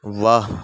واہ